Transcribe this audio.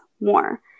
more